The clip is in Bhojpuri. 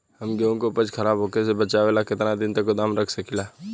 हम गेहूं के उपज खराब होखे से बचाव ला केतना दिन तक गोदाम रख सकी ला?